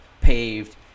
paved